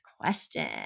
question